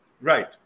right